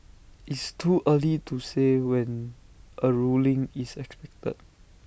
it's too early to say when A ruling is expected